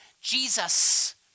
Jesus